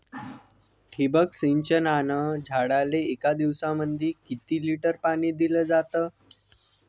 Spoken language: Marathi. ठिबक सिंचनानं झाडाले एक दिवसामंदी किती लिटर पाणी दिलं जातं?